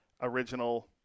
original